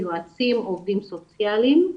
יועצים או עובדים סוציאליים.